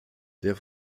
der